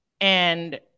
and-